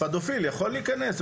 פדופיל יכול להיכנס?